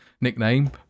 nickname